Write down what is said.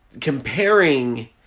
comparing